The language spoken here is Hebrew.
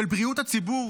של בריאות הציבור,